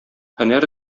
һөнәр